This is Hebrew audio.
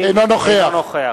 אינו נוכח